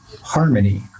harmony